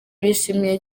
bishimiye